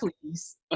please